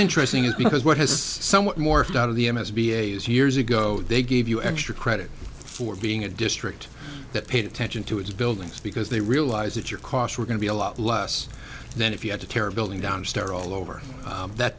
interesting is because what has somewhat more out of the s b a is years ago they gave you extra credit for being a district that paid attention to its buildings because they realize that your costs were going to be a lot less than if you had to tear a building down start all over that